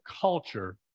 culture